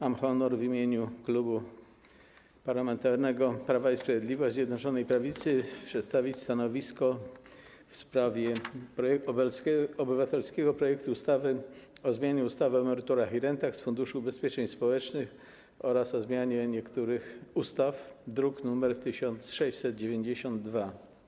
Mam honor w imieniu Klubu Parlamentarnego Prawo i Sprawiedliwość, Zjednoczonej Prawicy przedstawić stanowisko w sprawie obywatelskiego projektu ustawy o zmianie ustawy o emeryturach i rentach z Funduszu Ubezpieczeń Społecznych oraz o zmianie niektórych ustaw, druk nr 1692.